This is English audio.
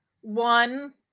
One